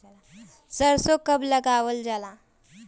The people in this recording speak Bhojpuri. सरसो कब लगावल जाला?